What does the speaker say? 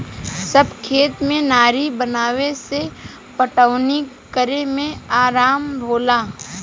सब खेत में नारी बनावे से पटवनी करे में आराम होला